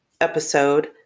episode